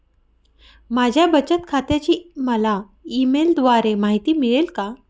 माझ्या बचत खात्याची मला ई मेलद्वारे माहिती मिळेल का?